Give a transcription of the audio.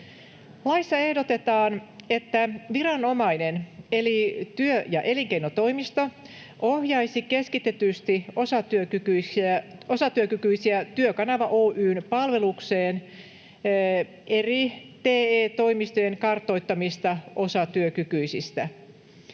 Laissa ehdotetaan, että viranomainen eli työ‑ ja elinkeinotoimisto ohjaisi keskitetysti Työkanava Oy:n palvelukseen osatyökykyisiä eri TE-toimistojen kartoittamista osatyökykyisistä.